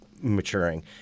maturing